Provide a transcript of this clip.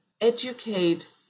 educate